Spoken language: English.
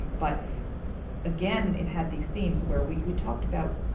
but again, it had these themes, where we talked about